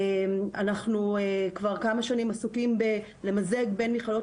אנחנו כבר כמה שנים עסוקים בלמזג בין מכללות